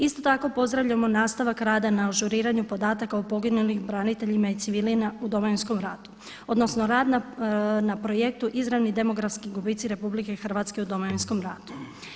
Isto tako pozdravljamo nastavak rada na ažuriranju podataka o poginulim braniteljima i civilima u Domovinskom ratu, odnosno rad na projektu izravni demografski gubitci Republike Hrvatske u Domovinskom ratu.